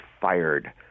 fired